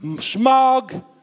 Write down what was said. smog